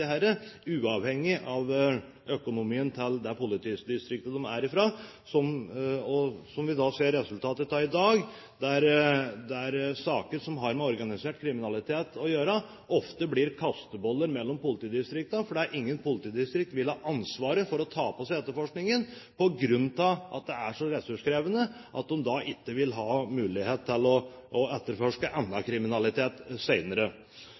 uavhengig av økonomien til det politidistriktet de er fra. Vi ser i dag at saker som har med organisert kriminalitet å gjøre, ofte blir kasteballer mellom politidistrikter. Ingen politidistrikter vil ta på seg ansvaret for etterforskningen, fordi det er så ressurskrevende at de ikke vil ha mulighet til å etterforske annen kriminalitet senere. Så det er viktig, tror jeg, å